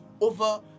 over